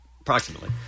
approximately